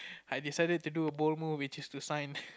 I decided to do a bold move which is to sign